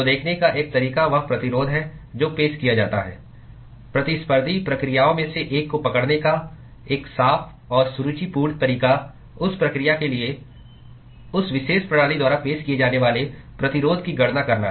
तो देखने का एक तरीका वह प्रतिरोध है जो पेश किया जाता है प्रतिस्पर्धी प्रक्रियाओं में से एक को पकड़ने का एक साफ और सुरुचिपूर्ण तरीका उस प्रक्रिया के लिए उस विशेष प्रणाली द्वारा पेश किए जाने वाले प्रतिरोध की गणना करना है